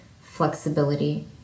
flexibility